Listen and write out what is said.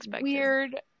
weird